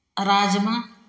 राजमा